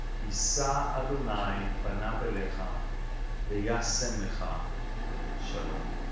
yissa adonai panayv eylecha ah ve'yaseym lecha ah shalom.